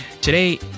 today